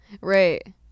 Right